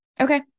Okay